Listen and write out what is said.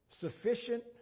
Sufficient